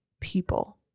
people